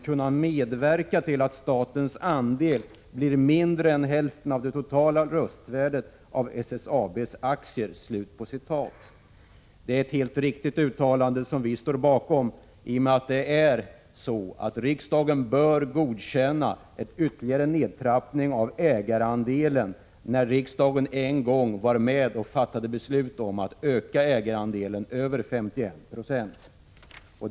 kunna medverka till att statens andel blir mindre än hälften av det totala röstvärdet av SSAB:s aktier. Det är ett helt riktigt uttalande som vi moderater står bakom. Riksdagen bör godkänna en ytterligare nedtrappning av ägarandelen, eftersom riksdagen en gång har varit med om att fatta beslut om att öka ägarandelen över 51 20.